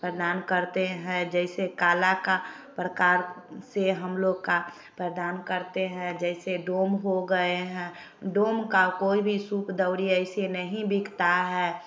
प्रदान करते हैं जैसे कला का प्रकार से हम लोग का प्रदान करते हैं जैसे डोम हो गएँ हैं डोम का कोई भी सूपदवरी ऐसे नहीं बिकता है